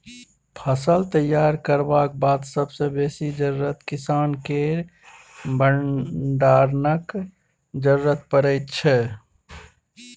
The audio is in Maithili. फसल तैयार करबाक बाद सबसँ बेसी जरुरत किसानकेँ भंडारणक जरुरत परै छै